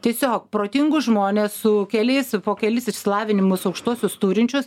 tiesiog protingus žmones su keliais po kelis išsilavinimus aukštuosius turinčius